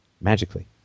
magically